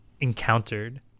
encountered